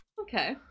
Okay